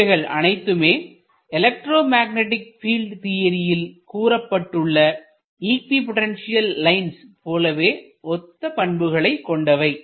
இவைகள் அனைத்தும் electromagnetic field தியரியில் கூறப்பட்டுள்ள இக்வி பொட்டன்ஷியல் லைன்கள் போலவே ஒத்த பண்புகளைக் கொண்டவை